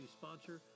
sponsor